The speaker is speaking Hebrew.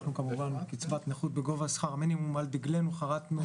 אנחנו כמובן קצבת נכות בגובה שכר מינימום על דגלנו חרטנו,